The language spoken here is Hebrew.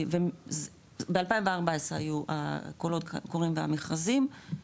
ב-2014 היו הקולות קוראים והמכרזים,